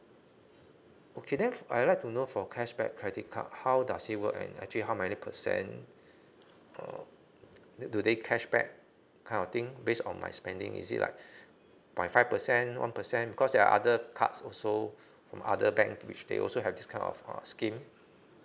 okay then I'd like to know for cashback credit card how does it work and actually how many percent uh do they cashback kind of thing based on my spending is it like by five percent one percent because there're other cards also with other bank which they also have this kind of uh scheme